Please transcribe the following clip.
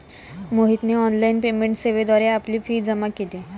मोहितने online payment सेवेद्वारे आपली फी जमा केली